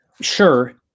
Sure